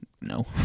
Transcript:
No